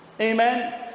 Amen